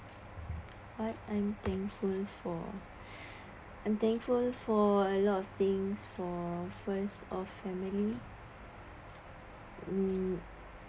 what I am thankful for I'm thankful for a lot of things for first of family mm